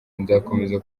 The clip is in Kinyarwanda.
nzakomeza